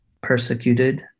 persecuted